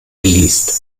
geleast